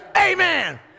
Amen